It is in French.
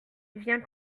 viens